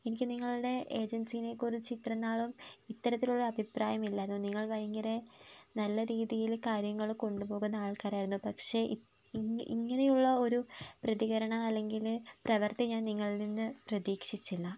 എനിക്ക് നിങ്ങളുടെ ഏജൻസിനെക്കുറിച്ച് ഇത്രേം നാളും ഇത്തരത്തിലുള്ള അഭിപ്രായം ഇല്ലായിരുന്നു നിങ്ങൾ ഭയങ്കര നല്ല രീതിയിൽ കാര്യങ്ങൾ കൊണ്ടുപോകുന്ന ആൾക്കാരായിരുന്നു പക്ഷേ ഇങ് ഇങ്ങനെയുള്ള ഒരു പ്രതികരണം അല്ലെങ്കിൽ പ്രവർത്തി ഞാൻ നിങ്ങളിൽ നിന്ന് പ്രതീക്ഷിച്ചില്ല